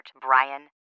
Brian